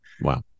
Wow